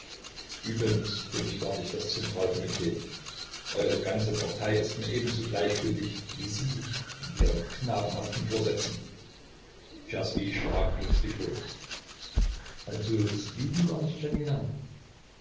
übrigens bin ich gar nicht das zentralkomitee eure ganze partei ist mir ebenso gleichgültig wie sie mit ihren knabenhaften vorsätzen czerski schrak plötzlich hoch also sie lieben gar nicht janina